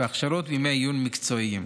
הכשרות וימי עיון מקצועיים.